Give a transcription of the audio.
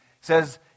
says